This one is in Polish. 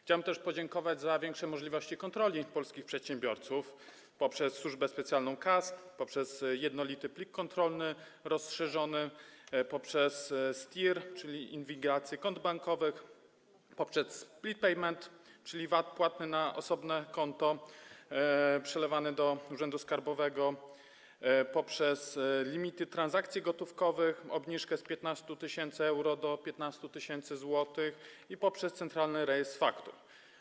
Chciałem też podziękować za większe możliwości kontroli polskich przedsiębiorców poprzez służbę specjalną KAS, poprzez jednolity plik kontrolny rozszerzony, poprzez STIR, czyli inwigilację kont bankowych, poprzez split payment, czyli VAT płatny na osobne konto, przelewany do urzędu skarbowego, poprzez limity transakcji gotówkowych, obniżkę z 15 tys. euro do 15 tys. zł i poprzez centralny rejestr faktur.